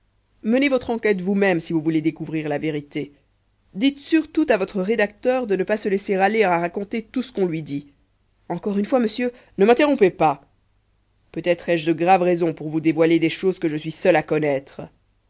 menez votre enquête vous-même si vous voulez découvrir la vérité dites surtout à votre rédacteur de ne pas se laisser aller à raconter tout ce qu'on lui dit encore une fois monsieur ne m'interrompez pas peut-être ai-je de graves raisons pour vous dévoiler des choses que je suis seul à connaître